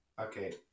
Okay